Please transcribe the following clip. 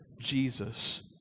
Jesus